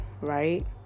right